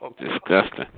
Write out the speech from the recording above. Disgusting